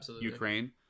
Ukraine